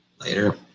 Later